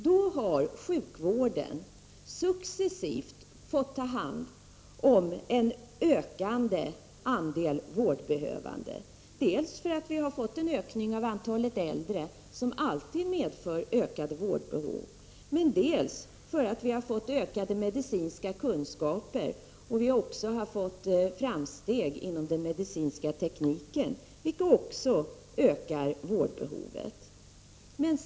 Då har sjukvården successivt fått ta hand om en ökande andel vårdbehövande, dels därför att vi har fått en ökning av antalet äldre som alltid medför ökat vårdbehov, dels därför att vi har fått ökade medicinska kunskaper och framsteg inom den medicinska tekniken, vilka också ökar vårdbehovet.